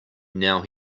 now